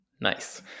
nice